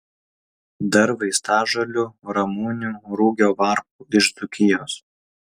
dar vaistažolių ramunių rugio varpų iš dzūkijos